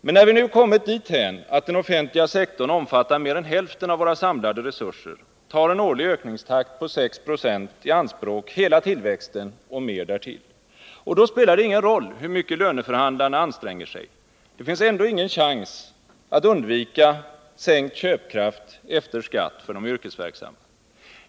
Men när vi nu kommit dithän att den offentliga sektorn omfattar mer än hälften av våra samlade resurser tar en årlig ökningstakt på 6 90 i anspråk hela tillväxten och mer därtill. Då spelar det ingen roll hur mycket löneförhandlarna anstränger sig — det finns ändå ingen chans att undvika sänkt köpkraft efter skatt för de yrkesverksamma.